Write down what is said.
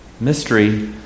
Mystery